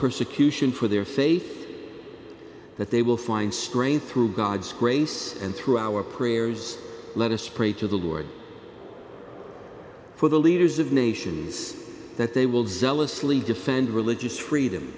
persecution for their faith that they will find strength through god's grace and through our prayers let us pray to the lord for the leaders of nations that they will jealously defend religious freedom